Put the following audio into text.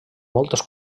moltes